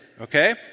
okay